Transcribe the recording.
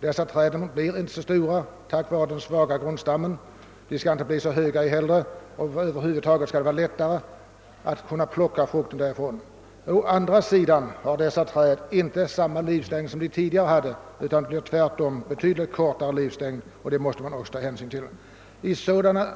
Genom att grundstammarna är svaga blir träden inte så stora; de skall heller inte bli så höga, och över huvud taget skall det vara lättare ait plocka frukten från dem. Å andra sidan har dessa träd inte samma livslängd som de tidigare träden — deras livslängd är betydligt kortare, och det måste man också ta hänsyn till. Mot denna